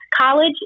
College